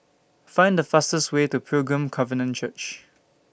Find The fastest Way to Pilgrim Covenant Church